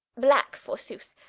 black forsooth,